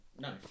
No